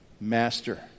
Master